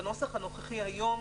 בנוסח הנוכחי היום,